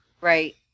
Right